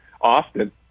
Austin